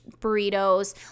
burritos